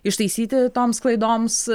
ištaisyti toms klaidoms